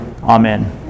Amen